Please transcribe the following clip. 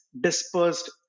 dispersed